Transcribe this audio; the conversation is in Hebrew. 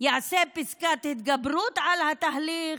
יעשה פסקת התגברות על התהליך,